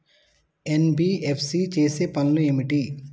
NBFC చేసే పనులు ఏమిటి?